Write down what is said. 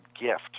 gift